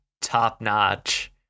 top-notch